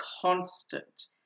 constant